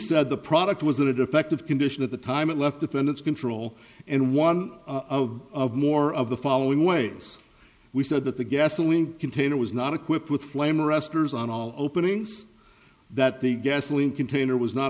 said the product was in a defective condition at the time it left defendant's control and one of more of the following ways we said that the gasoline container was not equipped with flame arrestors on all openings that the gasoline container was not